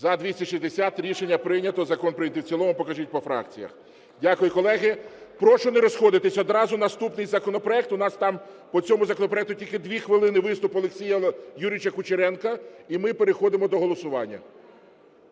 За-260 Рішення прийнято. Закон прийнятий в цілому. Покажіть по фракціях. Дякую, колеги. Прошу не розходитись. Одразу наступний законопроект, у нас там по цьому законопроекту тільки дві хвилини виступ Олексія Юрійовича Кучеренка і ми переходимо до голосування.